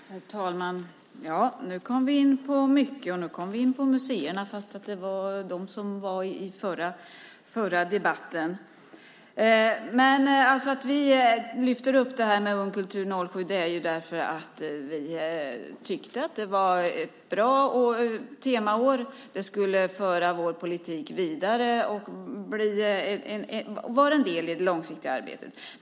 Herr talman! Nu kom vi in på mycket. Vi kom in på museerna fastän de behandlades i den förra debatten. Att vi lyfte upp ungkulturåret 2007 var för att vi tyckte att det var ett bra temaår. Det skulle föra vår politik vidare och vara en del i det långsiktiga arbetet.